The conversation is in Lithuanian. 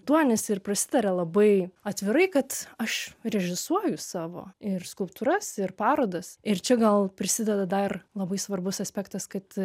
duonis ir prasitarė labai atvirai kad aš režisuoju savo ir skulptūras ir parodas ir čia gal prisideda dar labai svarbus aspektas kad